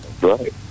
Right